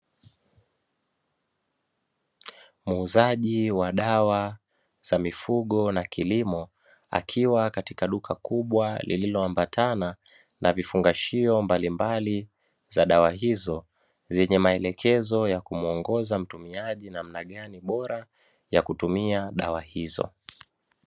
Muuzaji wa dawa za mifugo na kilimo, akiwa katika duka kubwa lililo ambatana na vifungashio mbalimbali za dawa hizo zenye maelekezo ya kumuongoza mtumiaji namna gani bora ya kutumia dawa hizo.